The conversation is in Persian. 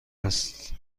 است